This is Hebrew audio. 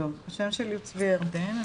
אני